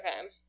Okay